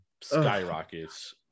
skyrockets